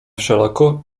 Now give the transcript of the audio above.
wszelako